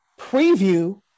preview